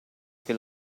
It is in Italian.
che